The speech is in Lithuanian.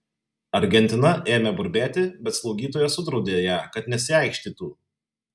argentina ėmė burbėti bet slaugytoja sudraudė ją kad nesiaikštytų